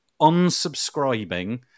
unsubscribing